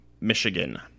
Michigan